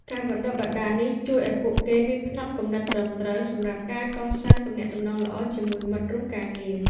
ការបណ្តុះបណ្តាលនេះជួយឱ្យពួកគេមានផ្នត់គំនិតត្រឹមត្រូវសម្រាប់ការកសាងទំនាក់ទំនងល្អជាមួយមិត្តរួមការងារ។